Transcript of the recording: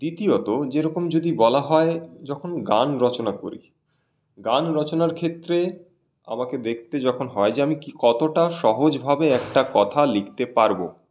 দ্বিতীয়ত যেরকম যদি বলা হয় যখন গান রচনা করি গান রচনার ক্ষেত্রে আমাকে দেখতে যখন হয় যে আমি কী কতটা সহজভাবে একটা কথা লিখতে পারবো